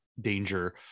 danger